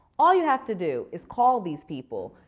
all you have to do is call these people.